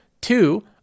Two